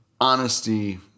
honesty